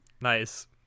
nice